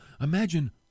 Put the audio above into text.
imagine